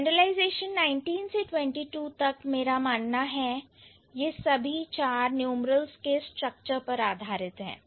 generalisation 19 से 22 तक मेरा मानना है कि यह सभी चार न्यूमरल्स के स्ट्रक्चर पर आधारित है